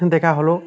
দেখা হলো